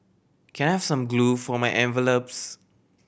can I have some glue for my envelopes